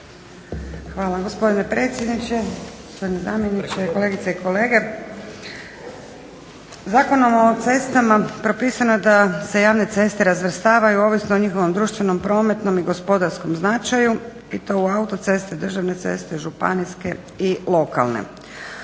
Hvala gospodine predsjedniče. Gospodine zamjeniče, kolegice i kolege. Zakonom o cestama propisano je da se javne ceste razvrstavaju ovisno o njihovom društvenom, prometnom i gospodarskom značaju i to u autoceste, državne ceste, županijske i u lokalne.